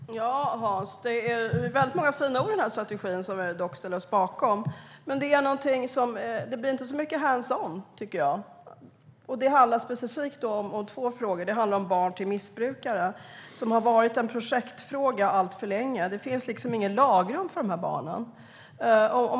Herr talman! Hans Hoff, det är väldigt många fina ord i strategin som vi dock ställer oss bakom, men det blir inte så mycket hands on, tycker jag. Jag har några frågor. En fråga handlar om barn till missbrukare, som har varit en projektfråga alltför länge. Det finns liksom inget lagrum för de här barnen.